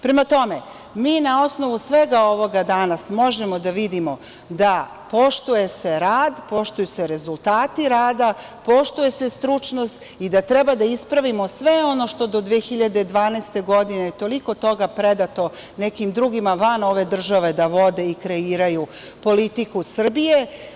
Prema tome, mi na osnovu svega ovoga danas možemo da vidimo da se poštuje rad, da se poštuju rezultati rada, poštuje se stručnost i da treba da ispravimo sve ono što do 2012. godine toliko toga predato nekim drugima van ove države da vode i kreiraju politiku Srbije.